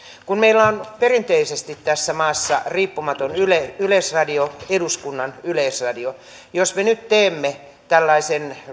kun meillä on perinteisesti tässä maassa riippumaton yleisradio eduskunnan yleisradio niin jos me teemme tällaisen